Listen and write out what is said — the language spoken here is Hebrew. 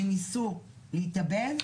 שניסו להתאבד,